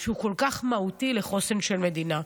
שהוא כל כך מהותי לחוסן של מדינה.